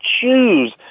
choose